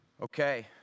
Okay